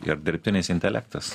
ir dirbtinis intelektas